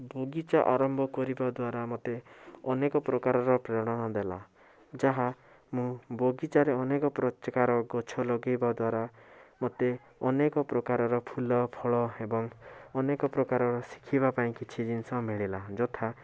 ବଗିଚା ଆରମ୍ଭ କରିବା ଦ୍ଵାରା ମୋତେ ଅନେକ ପ୍ରକାରର ପ୍ରେରଣା ଦେଲା ଯାହା ମୁଁ ବାଗିଚାରେ ଅନେକ ପ୍ରକାରର ଗଛ ଲଗାଇବା ଦ୍ଵାରା ମୋତେ ଅନେକ ପ୍ରକାରର ଫୁଲଫଳ ଏବଂ ଅନେକ ପ୍ରକାରର ଶିଖିବା ପାଇଁ କିଛି ଜିନିଷ ମିଳିଲା ଯଥା